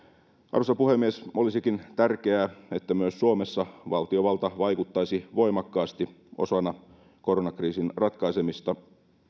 arvoisa puhemies olisikin tärkeää että myös suomessa valtiovalta vaikuttaisi voimakkaasti osana koronakriisin ratkaisemista